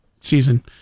season